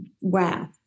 wow